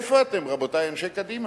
איפה אתם, רבותי אנשי קדימה?